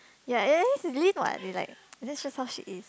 ya ya that's Lin what that's how she is